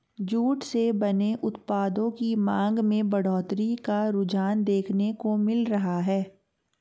jute से बने उत्पादों की मांग में बढ़ोत्तरी का रुझान देखने को मिल रहा है